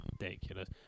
ridiculous